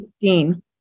Dean